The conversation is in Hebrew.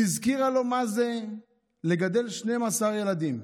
היא הזכירה לו מה זה לגדל 12 ילדים.